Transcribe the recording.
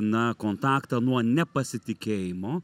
na kontaktą nuo nepasitikėjimo